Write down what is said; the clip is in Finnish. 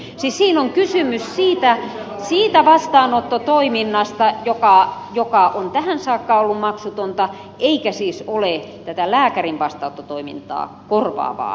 siis siinä on kysymys siitä vastaanottotoiminnasta joka on tähän saakka ollut maksutonta eikä siis ole tätä lääkärin vastaanottotoimintaa korvaavaa vastaanottoa